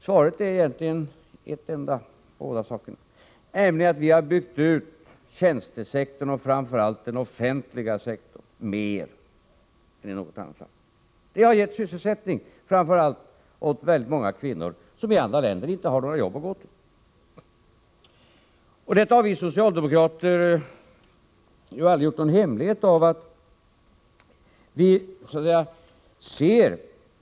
Svaret är egentligen ett enda på båda sakerna, nämligen att vi har byggt ut tjänstesektorn och framför allt den offentliga sektorn mer än man har gjort i något annat land. Det har givit sysselsättning, framför allt åt väldigt många kvinnor, som i andra länder inte har några jobb att gå till.